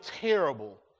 terrible